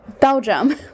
belgium